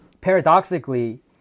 Paradoxically